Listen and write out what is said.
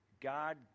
God